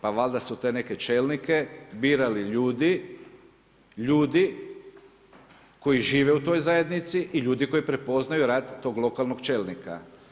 Pa valjda su te neke čelnike birali ljudi, ljudi koji žive u toj zajednici i ljudi koji prepoznaju rad tog lokalnog čelnika.